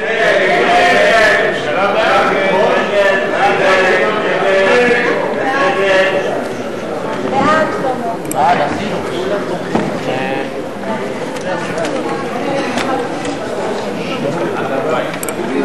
ההצעה להסיר מסדר-היום את הצעת חוק ביטוח בריאות ממלכתי (תיקון,